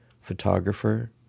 photographer